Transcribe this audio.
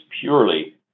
purely